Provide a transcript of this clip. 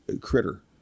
critter